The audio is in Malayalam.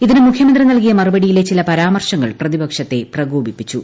ഇതിന് മുഖ്യമന്ത്രി നൽകിയ മറുപടിയിലെ ചില പരാമർശങ്ങൾ പ്രതിപ്പക്ഷത്തെ പ്രകോപിപ്പിച്ചു